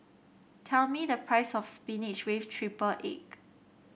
tell me the price of spinach with triple egg